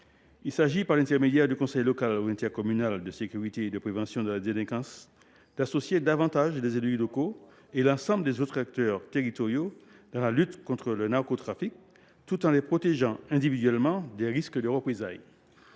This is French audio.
Il s’agit, par l’intermédiaire du conseil local ou intercommunal de sécurité et de prévention de la délinquance (CLSPD ou CISPD), d’associer davantage les élus locaux et l’ensemble des autres acteurs territoriaux dans la lutte contre le narcotrafic, tout en les protégeant individuellement des risques de représailles.